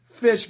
Fish